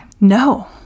No